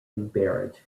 barrett